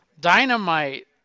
Dynamite